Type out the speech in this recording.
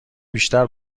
بیشتر